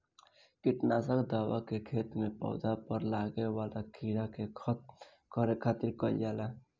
किट नासक दवा के खेत में पौधा पर लागे वाला कीड़ा के खत्म करे खातिर कईल जाला